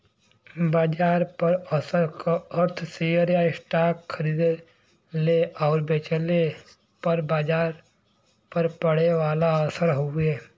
बाजार पर असर क अर्थ शेयर या स्टॉक खरीदले आउर बेचले पर बाजार पर पड़े वाला असर हउवे